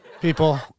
people